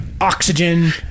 oxygen